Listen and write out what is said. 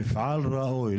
מפעל ראוי.